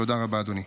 תודה רבה, אדוני.